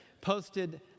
posted